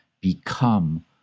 become